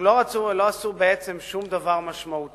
הם לא רצו או לא עשו שום דבר משמעותי,